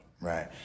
Right